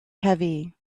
heavy